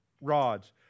rods